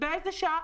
באיזה שעה,